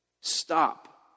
Stop